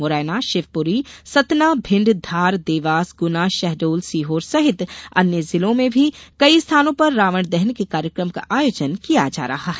मुरैना शिवपूरी सतना भिंड धार देवास गुना शहडोलसीहोर सहित अन्य जिलों में भी कई स्थानों पर रावण दहन के कार्यक्रम का आयोजन किया जा रहा है